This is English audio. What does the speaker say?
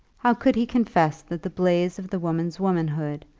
how could he confess that the blaze of the woman's womanhood,